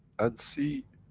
and see,